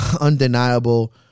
Undeniable